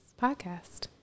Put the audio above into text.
podcast